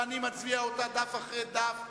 ואני מצביע אותה דף אחרי דף,